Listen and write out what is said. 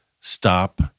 Stop